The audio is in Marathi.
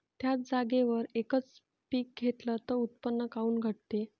थ्याच जागेवर यकच पीक घेतलं त उत्पन्न काऊन घटते?